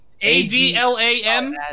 A-D-L-A-M